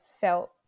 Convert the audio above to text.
felt